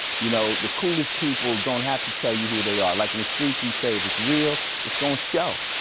you know? the coolest people don't have to tell you who they are. like, in the streets, we say, if it's real, it's gonna show.